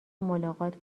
ملاقات